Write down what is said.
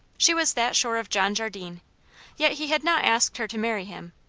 she was that sure of john jardine yet he had not asked her to marry him.